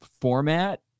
format